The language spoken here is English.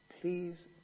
Please